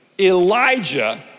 Elijah